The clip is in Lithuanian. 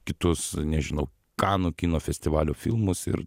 kitus nežinau kanų kino festivalio filmus ir